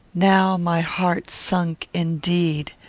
now my heart sunk, indeed!